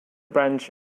branch